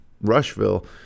Rushville